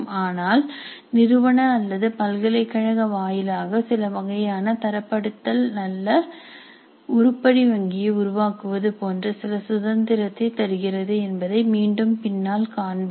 ஆனால் நிறுவன அல்லது பல்கலைக்கழக வாயிலாக சில வகையான தரப்படுத்தல் நல்ல உருப்படி வங்கியை உருவாக்குவது போன்ற சில சுதந்திரத்தை தருகிறது என்பதை மீண்டும் பின்னால் காண்போம்